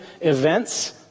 events